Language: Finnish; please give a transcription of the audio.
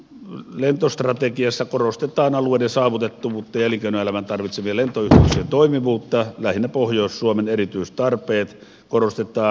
lentostrategiassa korostetaan alueiden saavutettavuutta ja elinkeinoelämän tarvitsemien lentoyhteyksien toimivuutta lähinnä pohjois suomen erityistarpeita korostetaan